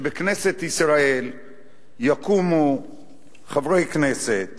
שבכנסת ישראל יקומו חברי כנסת